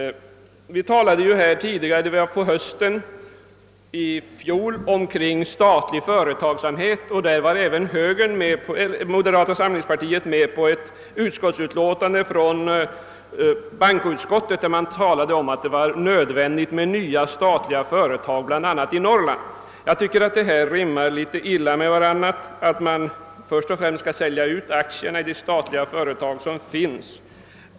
| Vi talade i fjol höst om statlig företagsamhet, och även moderata samlingspartiet hade då varit med om ett utlåtande från bankoutskottet i vilket det talades om att det var nödvändigt med nya statliga företag, bl.a. i Norrland. Jag tycker att detta rimmar illa med kraven att man skall sälja ut aktierna i de statliga företag som finns.